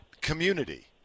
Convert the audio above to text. community